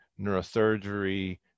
neurosurgery